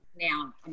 now